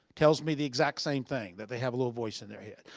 tells me the exact same thing. that they have a little voice in their head.